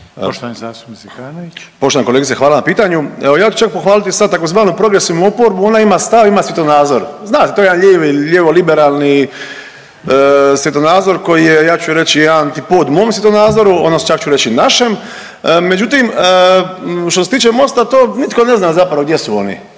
**Zekanović, Hrvoje (HDS)** Poštovana kolegice, hvala na pitanju. Evo, ja ću čak pohvaliti sad tzv. progresivnu oporbu, ona ima stav, ima svjetonazor. Zna, to je jedan lijevi, lijevo-liberalni svjetonazor koji je, ja ću reći je antipod mom svjetonazoru, odnosno čak ću reći našem. Međutim, što se tiče Mosta, to zapravo nitko ne zna zapravo gdje su oni.